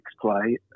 play